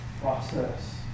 process